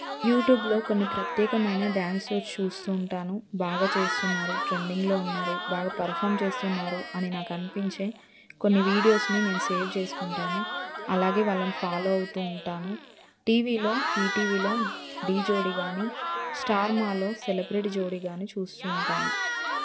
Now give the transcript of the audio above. యూట్యూబ్లో కొన్ని ప్రత్యేకమైన డ్యాన్స్ షో చూస్తూ ఉంటాను బాగా చేస్తున్నారు ట్రెండింగ్లో ఉన్నారు బాగా పర్ఫామ్ చేస్తున్నారు అని నాకు అనిపించే కొన్ని వీడియోస్ని నేను సేవ్ చేసుకుంటాను అలాగే వాళ్ళను ఫాలో అవుతూ ఉంటాను టీవీలో ఈటీవీలో ఢీ జోడీ కానీ స్టార్ మాలో సెలబ్రిటీ జోడీ కానీ చూస్తూ ఉంటాను